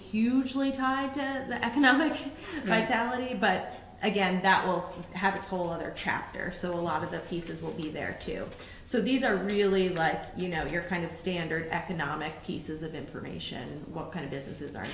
hugely tied to the economic vitality but again that will have a whole other chapter so a lot of the pieces will be there too so these are really like you know you're kind of standard economic pieces of information what kind of businesses are